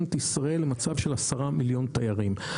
את ישראל למצב של 10 מיליון תיירים.